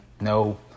no